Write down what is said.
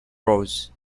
rows